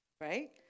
right